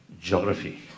geography